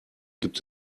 gibt